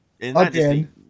Again